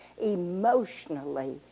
emotionally